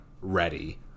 ready